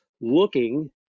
looking